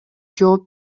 жооп